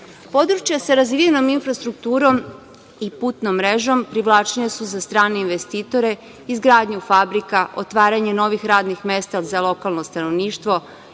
Područja sa razvijenom infrastrukturom i putnom mrežom privlačnija su za strane investitore, izgradnju fabrika, otvaranje novih radnih mesta za lokalno stanovništvo. Sve